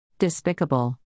Despicable